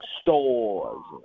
stores